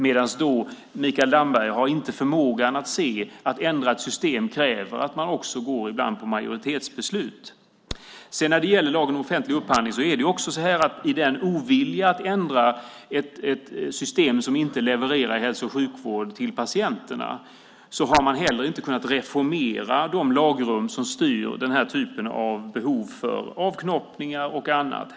Men Mikael Damberg har inte förmågan att se att det krävs att man ibland går på majoritetsbeslut när man ska ändra ett system. När det sedan gäller lagen om offentlig upphandling har man inte, i oviljan att ändra ett system som inte levererar hälso och sjukvård till patienterna, kunnat reformera de lagrum som styr den här typen av behov av avknoppningar och annat.